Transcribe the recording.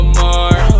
more